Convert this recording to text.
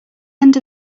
end